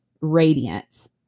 radiance